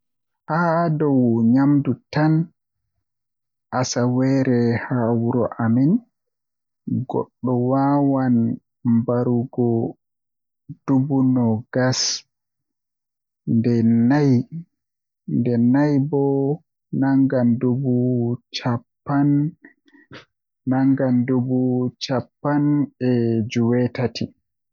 Haa dow nyamdu tan asaweere haa wuro amin goddo wawan mbarugo dubu noogas dubu nogas ndei nay nde nay bo nangan dubu cappan e jweetati.